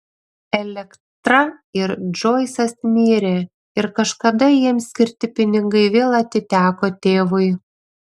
elektra ir džoisas mirė ir kažkada jiems skirti pinigai vėl atiteko tėvui